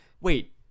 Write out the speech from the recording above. wait